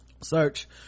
Search